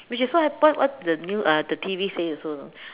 which is what happened what the new uh the T_V say also you know